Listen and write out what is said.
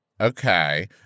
okay